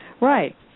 Right